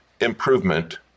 improvement